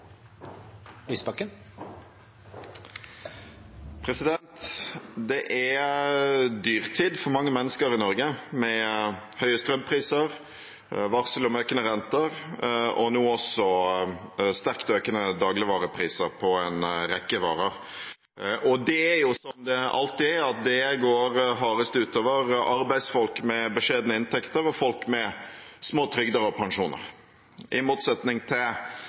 Det er dyrtid for mange mennesker i Norge, med høye strømpriser, varsel om økende renter og nå også sterkt økende dagligvarepriser på en rekke varer. Og det er jo, som det alltid er, slik at det går hardest ut over arbeidsfolk med beskjedne inntekter og folk med små trygder og pensjoner. I motsetning til